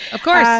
of course.